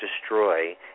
destroy